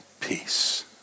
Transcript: peace